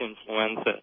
influenza